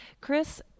Chris